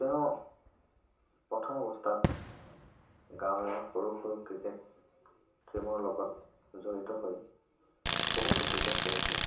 তেওঁ প্ৰথম অৱস্থাত গাঁৱৰে সৰু সৰু ক্ৰিকেট টীমৰ লগত জড়িত হৈ বহুতো ক্ৰিকেট খেলিছিল